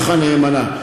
ומלאכה נאמנה.